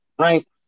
right